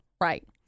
Right